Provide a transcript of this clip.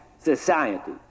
society